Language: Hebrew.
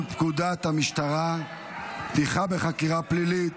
פקודת המשטרה (פתיחה בחקירה פלילית),